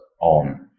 on